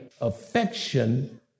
affection